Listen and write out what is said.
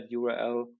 URL